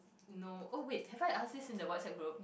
no oh wait have I asked this in the WhatsApp group